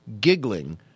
giggling